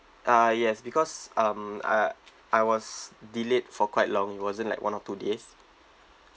ah yes because um I I was delayed for quite long it wasn't like one or two days